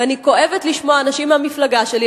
ואני כואבת לשמוע אנשים מהמפלגה שלי,